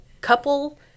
couple